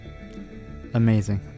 Amazing